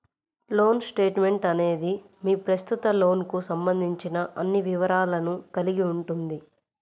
loan statement అనేది మీ ప్రస్తుత లోన్కు సంబంధించిన అన్ని వివరాలను కలిగి ఉంటుంది